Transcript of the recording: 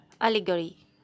Allegory